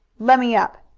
let me up!